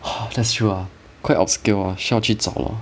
that's true ah quite obscure ah 需要去找的